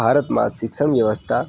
ભારતમાં શિક્ષણ વ્યવસ્થા